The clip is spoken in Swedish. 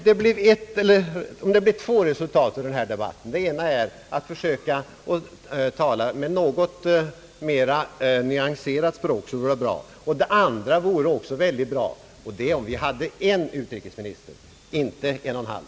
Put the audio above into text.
Det vore bra om dagens debatt kunde få två resultat, det ena att man försöker använda ett något mera nyanserat språk, det andra att vi hade en utrikesminister, inte en och en halv.